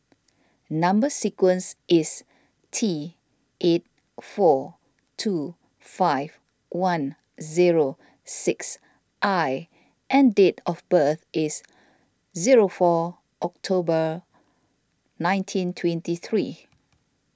Number Sequence is T eight four two five one zero six I and date of birth is zero four October nineteen twenty three